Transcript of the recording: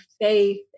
faith